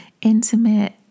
intimate